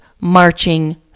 marching